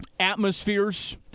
atmospheres